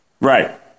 right